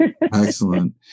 Excellent